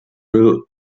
bill